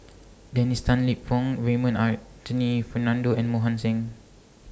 Dennis Tan Lip Fong Raymond Anthony Fernando and Mohan Singh